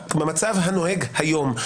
במצב הנוהג היום,